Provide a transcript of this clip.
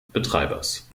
betreibers